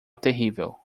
terrível